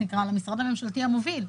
למשרד הממשלתי המוביל.